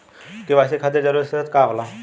KYC खातिर जरूरी दस्तावेज का का होला?